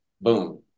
boom